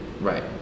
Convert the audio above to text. right